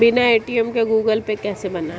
बिना ए.टी.एम के Google Pay कैसे बनायें?